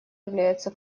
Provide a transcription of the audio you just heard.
является